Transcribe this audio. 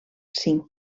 cinc